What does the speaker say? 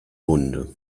wunde